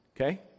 Okay